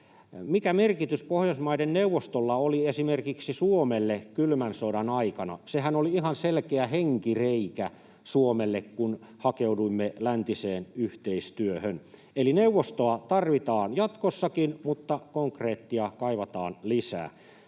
mikä merkitys Pohjoismaiden neuvostolla oli esimerkiksi Suomelle kylmän sodan aikana, niin sehän oli ihan selkeä henkireikä Suomelle, kun hakeuduimme läntiseen yhteistyöhön. Eli neuvostoa tarvitaan jatkossakin mutta konkretiaa kaivataan lisää.